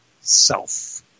self